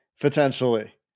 potentially